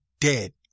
dead